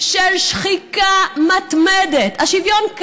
של שחיקה מתמדת, ציפי, איפה כתוב שוויון?